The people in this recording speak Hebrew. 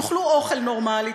תאכלו אוכל נורמלי,